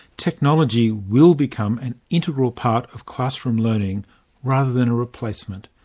technology will become an integral part of classroom learning rather than a replacement.